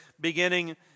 beginning